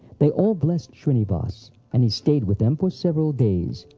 they all blessed shrinivas, and he stayed with them for several days,